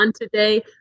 today